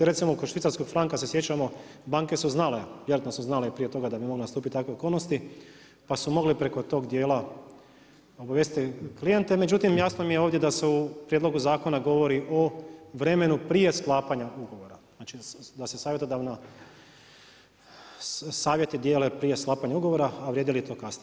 Recimo kod švicarskog franka se sjećamo banke su znale, vjerojatno su znale prije toga da bi mogle nastupiti takve okolnosti pa su mogli preko tog dijela obavijestiti klijente, međutim jasno mi je ovdje da se u prijedlogu zakona govori o vremenu prije sklapanja ugovora, da se savjeti dijele prije sklapanja ugovora, a vrijedi li to kasnije.